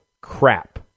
crap